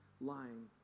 lying